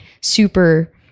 super